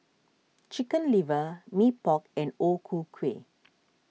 Chicken Liver Mee Pok and O Ku Kueh